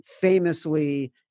famously